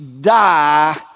die